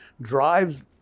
drives